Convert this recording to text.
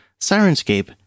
Sirenscape